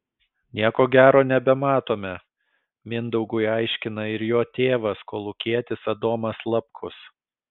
nieko gero nebematome mindaugui aiškina ir jo tėvas kolūkietis adomas lapkus